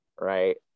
right